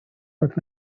как